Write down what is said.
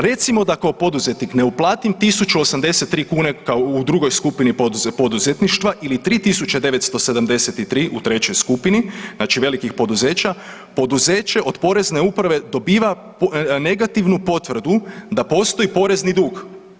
Recimo da kao poduzetnik ne uplatim 1.083 kune kao u drugoj skupini poduzetništva ili 3.973 u trećoj skupini velikih poduzeća, poduzeće od Porezne uprave dobiva negativnu potvrdu da postoji porezni dug.